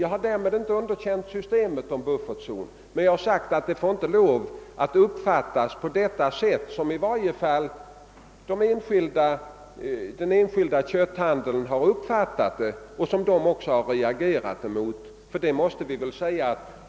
Jag har därmed inte underkänt systemet med en buffertzon, men jag har sagt att det inte får uppfattas på det sätt som i varje fall den enskilda kötthandeln har uppfattat det och som den också reagerat mot.